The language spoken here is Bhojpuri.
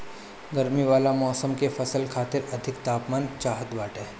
गरमी वाला मौसम के फसल खातिर अधिक तापमान चाहत बाटे